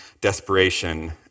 desperation